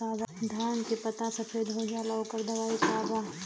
धान के पत्ता सफेद हो जाला ओकर दवाई का बा?